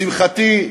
לשמחתי,